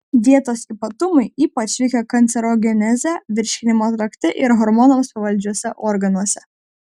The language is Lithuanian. dietos ypatumai ypač veikia kancerogenezę virškinimo trakte ir hormonams pavaldžiuose organuose